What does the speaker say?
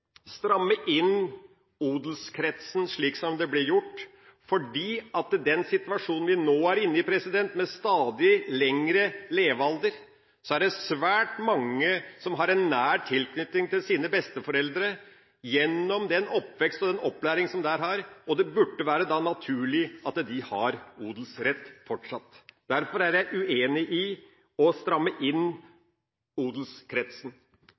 stramme inn odelskretsen, slik som det ble gjort. I den situasjonen vi nå er i, med stadig lengre levealder, er det svært mange som har en nær tilknytning til sine besteforeldre, gjennom den oppvekst og den opplæring som det er her, og det burde da være naturlig at de fortsatt har odelsrett. Derfor er jeg uenig i det å stramme inn odelskretsen.